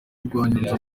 rwanyonga